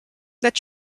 let